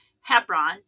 Hebron